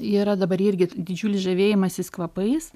yra dabar irgi didžiulis žavėjimasis kvapais